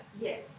Yes